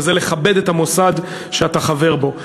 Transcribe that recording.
וזה לכבד את המוסד שאתה חבר בו.